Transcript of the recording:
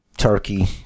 turkey